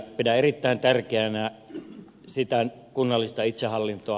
pidän erittäin tärkeänä kunnallista itsehallintoa